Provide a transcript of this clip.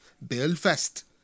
Belfast